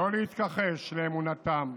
לא להתכחש לאמונתם,